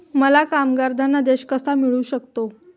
मला कामगार धनादेश कसा मिळू शकतो?